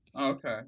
Okay